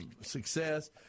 success